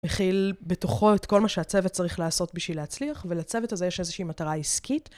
מכיל בתוכו את כל מה שהצוות צריך לעשות בשביל להצליח ולצוות הזה יש איזושהי מטרה עסקית.